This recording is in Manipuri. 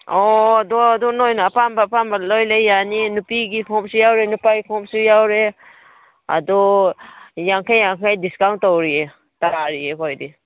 ꯑꯣ ꯑꯗꯣ ꯑꯗꯣ ꯅꯣꯏꯅ ꯑꯄꯥꯝꯕ ꯑꯄꯥꯝꯕ ꯂꯣꯏ ꯂꯩ ꯌꯥꯅꯤ ꯅꯨꯄꯤꯒꯤ ꯈꯣꯡꯎꯞꯁꯨ ꯌꯥꯎꯔꯤ ꯅꯨꯄꯥꯒꯤ ꯈꯣꯡꯎꯞꯁꯨ ꯌꯥꯎꯔꯦ ꯑꯗꯣ ꯌꯥꯡꯈꯩ ꯌꯥꯡꯈꯩ ꯗꯤꯁꯀꯥꯎꯟ ꯇꯧꯔꯤꯌꯦ ꯇꯥꯔꯤꯌꯦ ꯑꯩꯈꯣꯏꯗꯤ